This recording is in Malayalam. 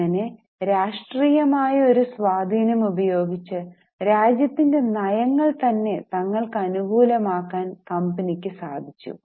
അങ്ങനെ രാഷ്ട്രീയമായ ഒരു സ്വാധീനം ഉപയോഗിച്ച് രാജ്യത്തിൻറെ നയങ്ങൾ തന്നെ തങ്ങൾക് അനു കൂലമാക്കാൻ കമ്പനിക് സാധിച്ചു